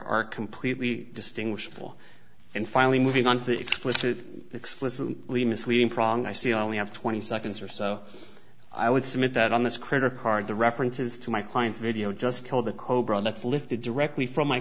are completely distinguishable and finally moving on to the explicit explicitly misleading pronk i see only have twenty seconds or so i would submit that on this credit card the reference is to my client's video just killed the cobra that's lifted directly from my